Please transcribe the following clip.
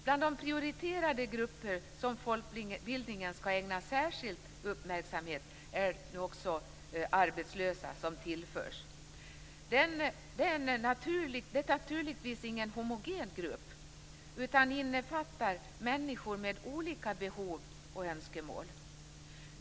Bland de prioriterade grupper som folkbildningen skall ägna särskild uppmärksamhet tillförs nu också de arbetslösa. Det är naturligtvis ingen homogen grupp, utan människor med olika behov och önskemål innefattas där.